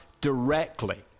directly